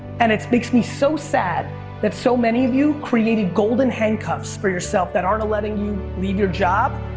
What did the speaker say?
and it makes me so sad that so many of you created golden handcuffs for yourselves that are not and letting you leave your job,